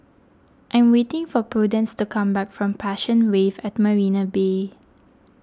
I am waiting for Prudence to come back from Passion Wave at Marina Bay